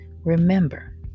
remember